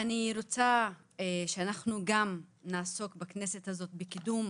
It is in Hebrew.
אני רוצה שאנחנו נעסוק בכנסת הזאת גם בקידום